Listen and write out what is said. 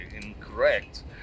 incorrect